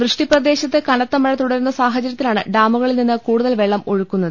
വൃഷ്ടിപ്രദേശത്ത് കനത്തമഴ തുടരുന്ന സാഹചരൃത്തിലാണ് ഡാമുകളിൽ നിന്ന് കൂടുതൽ വെള്ളം ഒഴുക്കുന്നത്